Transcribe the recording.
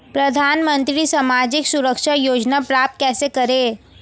प्रधानमंत्री सामाजिक सुरक्षा योजना प्राप्त कैसे करें?